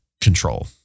control